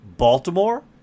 Baltimore